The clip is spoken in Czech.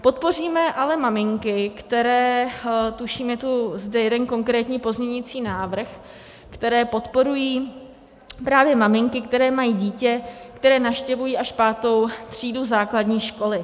Podpoříme ale maminky, které, tuším je tu jeden konkrétní pozměňující návrh, který podporuje právě maminky, které mají dítě, které navštěvuje až pátou třídu základní školy.